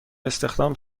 استخدام